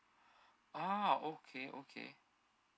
ah okay okay